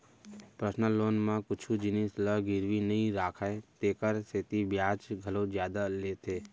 personal loan म कुछु जिनिस ल गिरवी नइ राखय तेकर सेती बियाज घलौ जादा लेथे